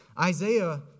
Isaiah